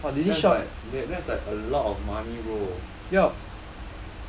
t~ that's like a lot of money bro